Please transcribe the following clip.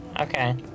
Okay